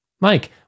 Mike